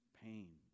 pain